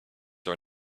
are